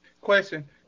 Question